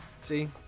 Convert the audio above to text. See